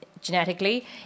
genetically